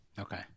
Okay